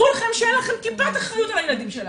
כולכם שאין לכם טיפת אחריות על הילדים שלנו.